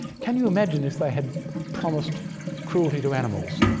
can you imagine if they had promised cruelty to animals?